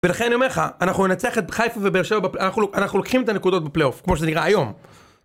ולכן אני אומר לך, אנחנו נצחת ב.. חיפה ובאר שבע בפל.. אנחנו, אנחנו לוקחים את הנקודות בפליאוף, כמו שזה נראה היום.